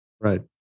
Right